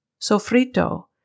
Sofrito